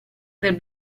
del